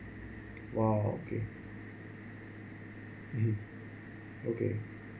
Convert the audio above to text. !wow! okay mmhmm okay